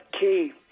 Key